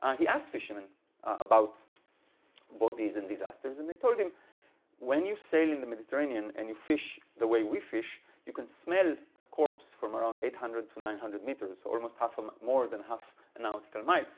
ah he asked fishermen about bodies in disasters. and they told him when you sail in the mediterranean, and you fish the way we fish, you can smell a corpse from around eight hundred to nine hundred meters almost half, um more than half a nautical mile.